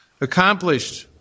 accomplished